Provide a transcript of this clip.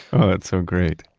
oh, that's so great.